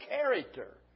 character